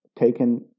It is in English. taken